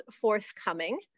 forthcoming